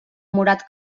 morat